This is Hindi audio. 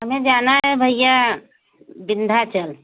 हमें जाना है भइया विन्धाचल